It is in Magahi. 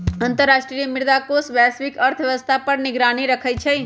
अंतर्राष्ट्रीय मुद्रा कोष वैश्विक अर्थव्यवस्था पर निगरानी रखइ छइ